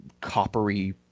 coppery